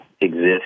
exist